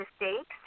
mistakes